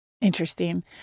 Interesting